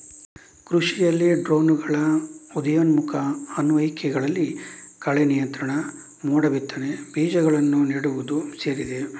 ಕೃಷಿಯಲ್ಲಿ ಡ್ರೋನುಗಳ ಉದಯೋನ್ಮುಖ ಅನ್ವಯಿಕೆಗಳಲ್ಲಿ ಕಳೆ ನಿಯಂತ್ರಣ, ಮೋಡ ಬಿತ್ತನೆ, ಬೀಜಗಳನ್ನು ನೆಡುವುದು ಸೇರಿದೆ